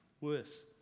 worse